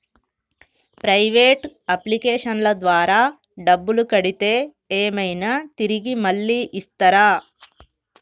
Private అప్లికేషన్ల ద్వారా డబ్బులు కడితే ఏమైనా తిరిగి మళ్ళీ ఇస్తరా?